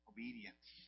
Obedience